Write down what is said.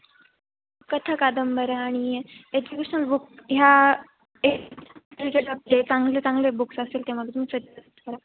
कथा कादंबऱ्या आणि एज्युकेशनल बुक ह्या रिलेटेड आपले चांगले चांगले बुक्स असतील त्यामध्ये तुम्ही सजेस्ट करा